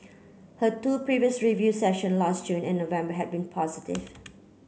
her two previous review session last June and November had been positive